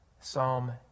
Psalm